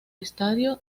estadio